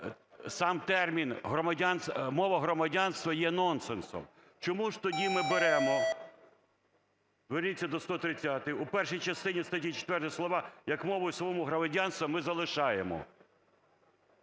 сам термін "мова громадянства" є нонсенсом. Чому ж тоді ми беремо (верніться до 130-ї) у першій частині статті 4 слова "як мовою свого громадянства" ми залишаємо.